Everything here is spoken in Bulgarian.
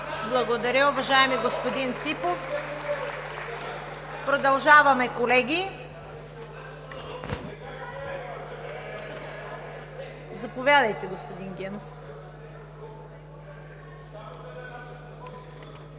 Благодаря, уважаеми господин Ципов. Продължаваме, колеги. Заповядайте, господин Генов.